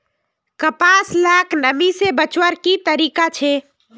कपास लाक नमी से बचवार की तरीका छे?